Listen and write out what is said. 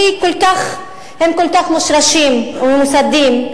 שהם כל כך מושרשים וממוסדים,